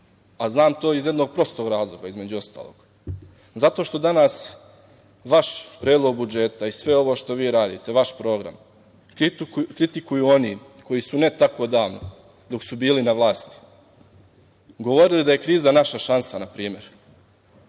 a znam to iz jednog prostog razloga, između ostalog, zato što danas vaš predlog budžeta i sve ovo što vi radite, vaš program, kritikuju oni koji su ne tako davno dok su bili na vlasti govorili da je kriza naša šansa na primer,